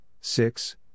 Six